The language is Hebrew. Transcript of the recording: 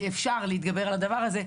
כי אפשר להתגבר על הדבר הזה.